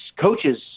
coaches